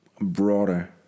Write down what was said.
broader